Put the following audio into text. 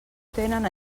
tenen